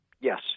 Yes